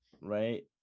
right